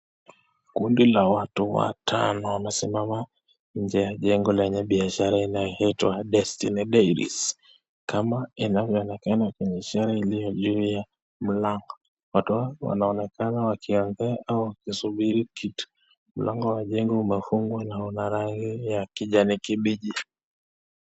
Kundi la watu watano wamesimama nje ya jengo lenye biashara linaloitwa destiny dairies, kama inavyoonekana kwenye ishara iliyo juu ya mlango. Watu hawa wanaonekana wakiongea au wakisubiri kitu, mlango wa jengo umefungwa na una rangi ya kijani kibichi.